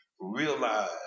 realize